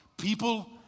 People